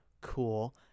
Cool